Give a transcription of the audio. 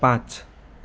पाँच